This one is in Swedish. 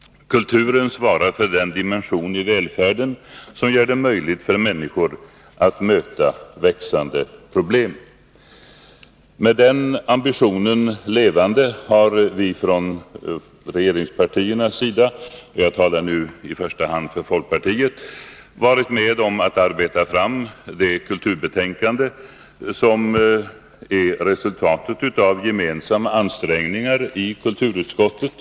Kulturen svarar för den dimension i välfärden som gör det möjligt för människor att möta växande problem. Med den ambitionen levande har vi från regeringspartiernas sida — jag talar nu i första hand för folkpartiet — varit med om att arbeta fram det kulturbetänkande som är resultatet av gemensamma ansträngningar i kulturutskottet.